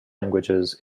languages